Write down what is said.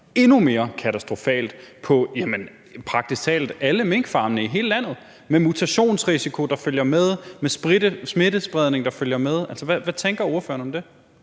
endnu mere katastrofalt på praktisk talt alle minkfarmene i hele i landet med mutationsrisiko, der følger med, med smittespredning, der følger med. Hvad tænker ordføreren om det?